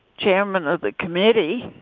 chairman of the committee